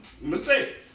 mistake